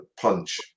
punch